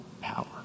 power